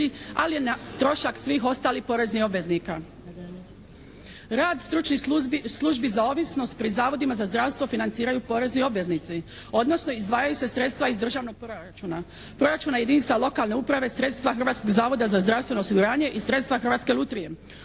ali na trošak svih ostalih poreznih obveznika? Rad stručnih službi za ovisnost pri zavodima za zdravstvo financiraju porezni obveznici odnosno izdvajaju se sredstva iz državnog proračuna, proračuna jedinica lokalne uprave, sredstva Hrvatskog zavoda za zdravstveno osiguranje i sredstva Hrvatske lutrije.